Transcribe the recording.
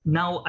now